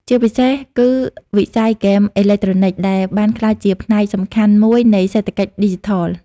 ជាពិសេស គឺវិស័យហ្គេមអេឡិចត្រូនិច ដែលបានក្លាយជាផ្នែកសំខាន់មួយនៃសេដ្ឋកិច្ចឌីជីថល។